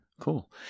Cool